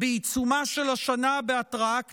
בעיצומה של השנה בהתראה קצרה.